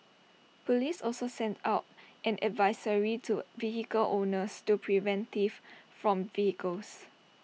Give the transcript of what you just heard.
Police also sent out an advisory to vehicle owners to prevent theft from vehicles